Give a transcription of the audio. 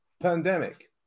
pandemic